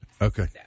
Okay